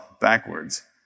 backwards